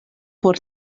por